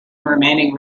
remaining